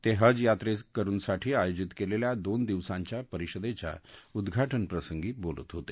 ते हज यात्रेकरूसाठी आयोजित केलेल्या दोन दिवसाच्या परिषदेच्या उद्वाटन प्रसंगी बोलत होते